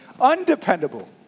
undependable